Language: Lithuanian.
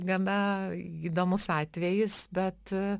gana įdomus atvejis bet